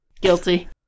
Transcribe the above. Guilty